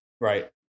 Right